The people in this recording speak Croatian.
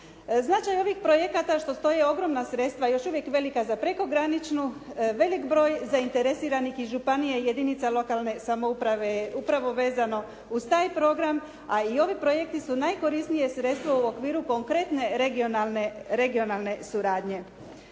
Značaj ovih projekata što stoji ogromna sredstva, još uvijek velika za prekograničnu, velik broj zainteresiranih iz županija i jedinica lokalne samouprave je upravo vezano uz taj program. A i ovi projekti su najkorisnije sredstvo u okviru konkretne regionalne suradnje.